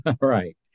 Right